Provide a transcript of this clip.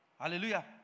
Hallelujah